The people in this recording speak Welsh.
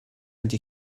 ydy